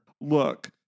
Look